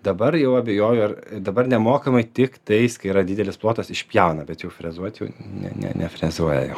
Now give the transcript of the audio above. dabar jau abejoju ar dabar nemokamai tik tais kai yra didelis plotas išpjauna bet jau frezuot jau ne ne nefrezuoja jau